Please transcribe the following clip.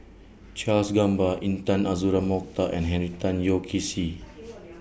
Charles Gamba Intan Azura Mokhtar and Henry Tan Yoke See